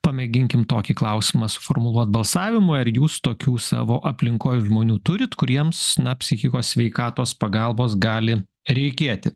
pamėginkim tokį klausimą suformuluot balsavimui ar jūs tokių savo aplinkoj žmonių turit kuriems na psichikos sveikatos pagalbos gali reikėti